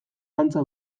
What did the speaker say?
antza